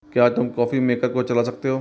क्या तुम coffee maker को चला सकते हो